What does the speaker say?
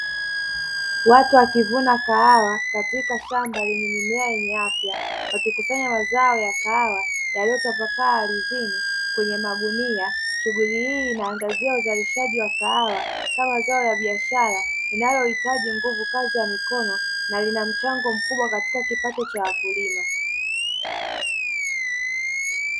Watu wakivuna kahawa katika shamba lenye mimea yenye afya, wakikusanya mazao ya kahawa yaliyotapakaa ardhini kwenye magunia. Shughuli hii inaangazia uzalishaji wa kahawa kama zao la biashara, linalohitaji nguvu kazi ya mikono na lina mchango mkubwa katika kipato cha wakulima.